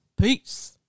Peace